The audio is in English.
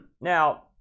Now